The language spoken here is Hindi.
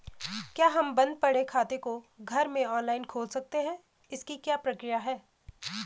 क्या हम बन्द पड़े खाते को घर में ऑनलाइन खोल सकते हैं इसकी क्या प्रक्रिया है?